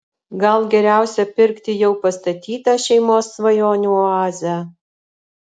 gal geriausia pirkti jau pastatytą šeimos svajonių oazę